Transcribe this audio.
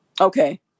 Okay